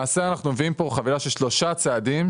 אנחנו מביאים פה חבילה של שלושה צעדים,